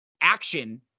action